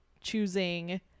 choosing